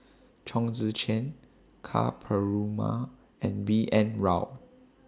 Chong Tze Chien Ka Perumal and B N Rao